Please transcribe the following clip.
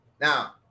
Now